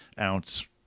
ounce